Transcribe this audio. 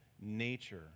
nature